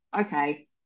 okay